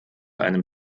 einem